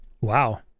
Wow